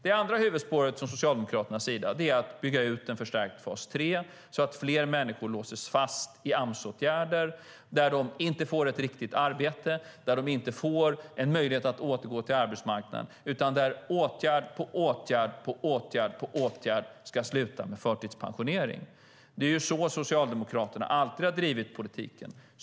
Det andra huvudspåret från Socialdemokraternas sida är att bygga ut en förstärkt fas 3, så att fler människor låses fast i Amsåtgärder, där de inte får ett riktigt arbete och inte får en möjlighet att återgå till arbetsmarknaden utan där åtgärd på åtgärd ska sluta med förtidspensionering. Det är så Socialdemokraterna alltid har drivit politiken.